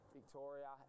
Victoria